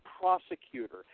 prosecutor